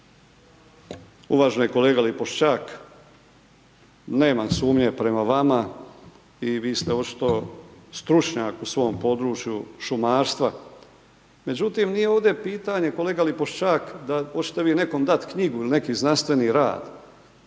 Uvaženi kolega Lipovšćak nemam sumnje prema vama i vi ste očito stručnjak u svom području šumarstva, međutim nije ovdje pitanje kolega Lipovšćak da očete vi nekom dat knjigu ili neki znanstveni rad,